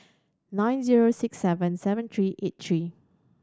nine zero six seven seven three eight three